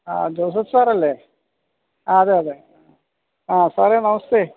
ആ ജോസഫ് സാറല്ലേ അതെയതെ ആ സാറെ നമസ്തേ